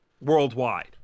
worldwide